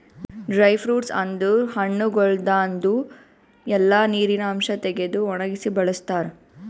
dry fruits ಅಂದುರ್ ಹಣ್ಣಗೊಳ್ದಾಂದು ಎಲ್ಲಾ ನೀರಿನ ಅಂಶ ತೆಗೆದು ಒಣಗಿಸಿ ಬಳ್ಸತಾರ್